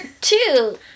two